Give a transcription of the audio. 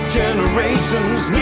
generations